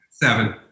Seven